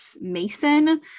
Mason